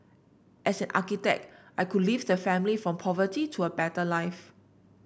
as an architect I could lift the family from poverty to a better life